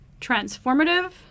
transformative